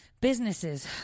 Businesses